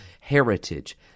heritage